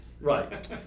Right